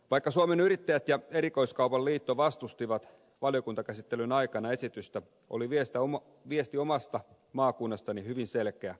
vaikka suomen yrittäjät ja erikoiskaupan liitto vastustivat valiokuntakäsittelyn aikana esitystä oli viesti omasta maakunnastani hyvin selkeä